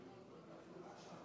התוצאות: